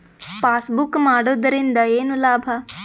Passbook ಮಾಡುದರಿಂದ ಏನು ಲಾಭ?